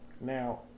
Now